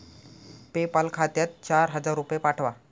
PayPal खात्यात चार हजार रुपये पाठवा